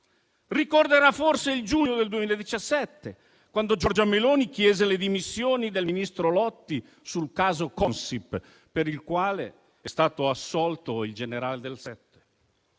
Ricorderà forse il giugno del 2017, quando Giorgia Meloni chiese le dimissioni del ministro Lotti nel caso Consip, per il quale è stato assolto il generale DelSette;